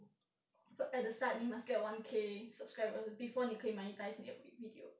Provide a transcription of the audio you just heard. so at the start 你 must get one K subscribers before 你可以 monetise 你的 your video